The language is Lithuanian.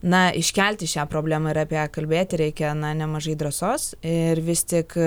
na iškelti šią problemą ir apie ją kalbėti reikia nemažai drąsos ir vis tik